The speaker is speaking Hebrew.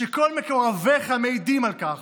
שכל מקורביך מעידים על כך,